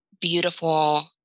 beautiful